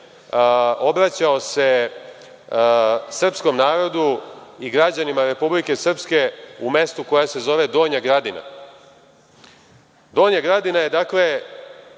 obraćao srpskom narodu i građanima Republike Srpske u mestu koja se zove Donja Gradina. Donja Gradina je jedno